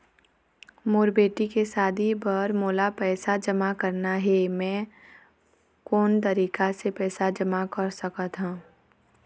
मोर बेटी के शादी बर मोला पैसा जमा करना हे, म मैं कोन तरीका से पैसा जमा कर सकत ह?